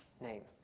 name